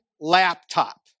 laptop